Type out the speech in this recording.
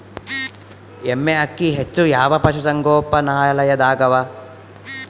ಎಮ್ಮೆ ಅಕ್ಕಿ ಹೆಚ್ಚು ಯಾವ ಪಶುಸಂಗೋಪನಾಲಯದಾಗ ಅವಾ?